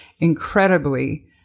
Incredibly